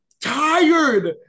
tired